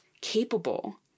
capable